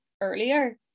earlier